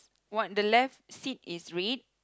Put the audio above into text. what the left seat is red